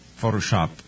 Photoshop